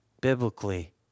biblically